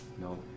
No